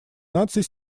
наций